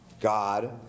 God